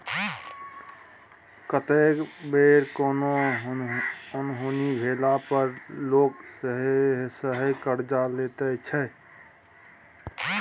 कतेक बेर कोनो अनहोनी भेला पर लोक सेहो करजा लैत छै